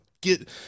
get